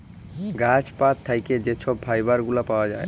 গাহাচ পাত থ্যাইকে যে ছব ফাইবার গুলা পাউয়া যায়